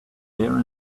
fair